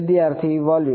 વિદ્યાર્થી વોલ્યુમ